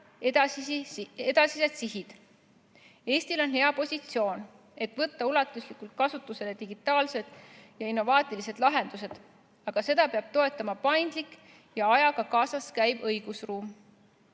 edasised sihid. Eestil on hea positsioon, et võtta ulatuslikult kasutusele digitaalsed ja innovaatilised lahendused, aga seda peab toetama paindlik ja ajaga kaasas käiv õigusruum.